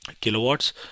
kilowatts